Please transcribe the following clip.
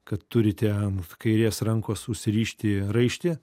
kad turite ant kairės rankos užsirišti raištį